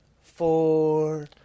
four